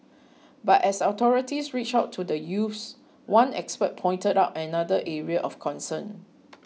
but as authorities reach out to the youths one expert pointed out another area of concern